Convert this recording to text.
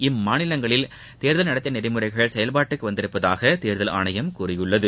இம்மாநிலங்களில் தேர்தல் நடத்தை நெறிமுறைகள் செயல்பாட்டுக்கு வந்துள்ளதாக தேர்தல் ஆணையம் கூறியுள்ளது